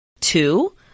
Two